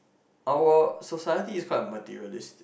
our society is quite materialistic